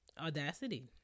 Audacity